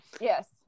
yes